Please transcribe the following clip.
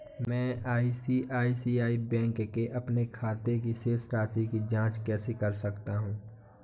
मैं आई.सी.आई.सी.आई बैंक के अपने खाते की शेष राशि की जाँच कैसे कर सकता हूँ?